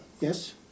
yes